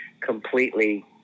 completely